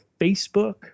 Facebook